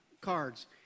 cards